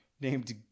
named